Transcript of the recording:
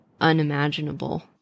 unimaginable